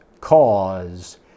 cause